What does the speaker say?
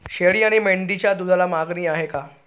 शेळी आणि मेंढीच्या दूधाला मागणी आहे का?